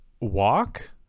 walk